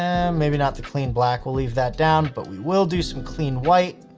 maybe not the clean black we'll leave that down, but we will do some clean white.